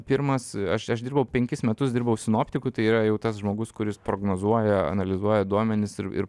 pirmas aš aš dirbau penkis metus dirbau sinoptiku tai yra jau tas žmogus kuris prognozuoja analizuoja duomenis ir